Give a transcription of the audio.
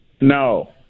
No